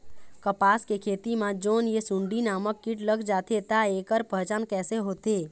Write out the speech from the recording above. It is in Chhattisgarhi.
कपास के खेती मा जोन ये सुंडी नामक कीट लग जाथे ता ऐकर पहचान कैसे होथे?